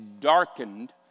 darkened